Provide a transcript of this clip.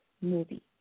movie